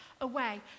away